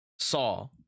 Saw